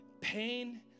Pain